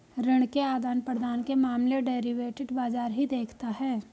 ऋण के आदान प्रदान के मामले डेरिवेटिव बाजार ही देखता है